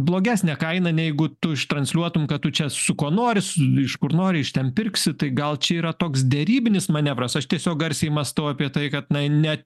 blogesnę kainą negu tu ištransliuotum kad tu čia su kuo nori iš kur nori iš ten pirksi tai gal čia yra toks derybinis manevras aš tiesiog garsiai mąstau apie tai kad net